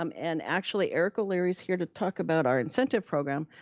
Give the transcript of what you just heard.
um and actually eric o'leary's here to talk about our incentive program.